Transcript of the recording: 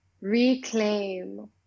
reclaim